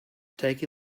taking